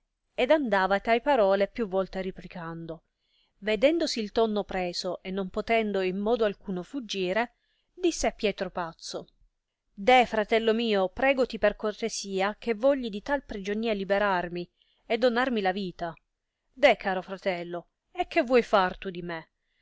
ed andava tai parole più volte replicando vedendosi il tonno preso e non potendo in modo alcuno fuggire disse a pietro pazzo deh fratello mio pregoti per cortesia che vogli di tal prigionia liberarmi e donarmi la vita deh caro fratello e che vuoi tu far di me